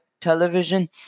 television